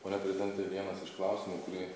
pone prezidente vienas iš klausimų kurį